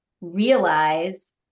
realize